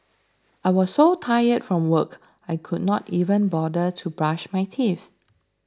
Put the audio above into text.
I was so tired from work I could not even bother to brush my teeth